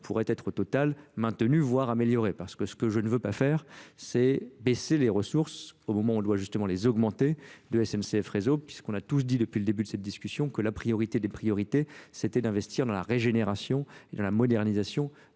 pourraient être au total maintenu voire améliorée parce que ce que je ne veux pas faire c'est baisser les ressources au moment où doit justement les augmenter de N c f réseau puisque N c f réseau puisqu'on a tous dit depuis le début de cette discussion que que la priorité des priorités c'était d'investir dans la régénération et la modernisation